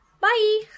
Bye